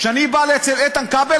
כשאני בא אצל איתן כבל,